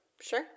Sure